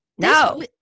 no